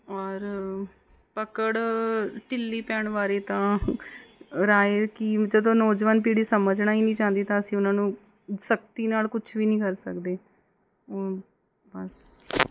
ਔਰ ਪਕੜ ਢਿੱਲੀ ਪੈਣ ਬਾਰੇ ਤਾਂ ਰਾਏ ਕਿ ਜਦੋਂ ਨੌਜਵਾਨ ਪੀੜ੍ਹੀ ਸਮਝਣਾ ਹੀ ਨਹੀਂ ਚਾਹੁੰਦੀ ਤਾਂ ਅਸੀਂ ਉਹਨਾਂ ਨੂੰ ਸਖਤੀ ਨਾਲ ਕੁਛ ਵੀ ਨਹੀਂ ਕਰ ਸਕਦੇ ਬਸ